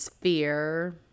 fear